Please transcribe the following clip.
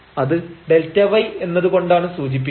അത് Δy എന്നതുകൊണ്ടാണ് സൂചിപ്പിക്കുന്നത്